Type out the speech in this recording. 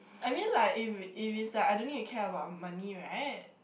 I mean like if if is like I don't need to care about the money right